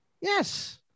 Yes